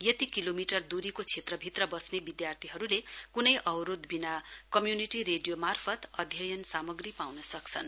यति किलोमिटर दुरीको क्षेत्रभित्र बस्ने विद्यार्थीहरूले कुनै अवरोधविना कम्युनिटी रेडियो मार्फत अध्ययन सामाग्री पाउन सक्छन्